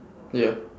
yeah